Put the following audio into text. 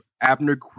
Abner